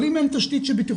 אבל אם אין תשתית בטיחותית,